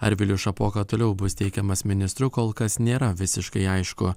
ar vilius šapoka toliau bus teikiamas ministru kol kas nėra visiškai aišku